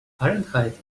fahrenheit